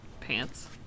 Pants